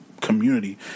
community